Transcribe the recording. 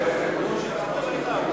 היושבת-ראש,